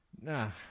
nah